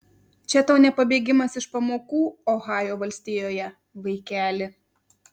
čia tau ne pabėgimas iš pamokų ohajo valstijoje vaikeli